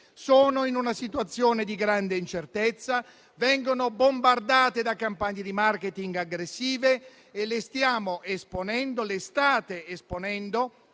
sono in una situazione di grande incertezza, vengono bombardate da campagne di *marketing* aggressive e le state esponendo ad una vera